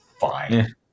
fine